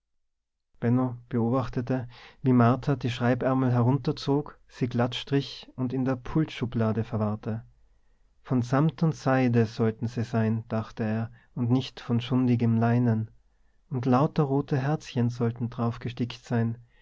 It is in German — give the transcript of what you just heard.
beobachtete wie martha die schreibärmel herunterzog sie glatt strich und in der pultschublade verwahrte von samt und seide sollten se sein dachte er und nicht von schundigem leinen und lauter rote herzchen sollten drauf gestickt sein